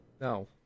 No